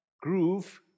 groove